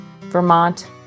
Vermont